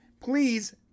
please